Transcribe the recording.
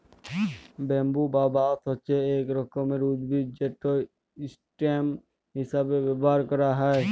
bamboo বা বাঁশ হছে ইক রকমের উদ্ভিদ যেট ইসটেম হিঁসাবে ব্যাভার ক্যারা হ্যয়